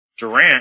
Durant